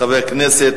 חבר הכנסת,